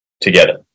together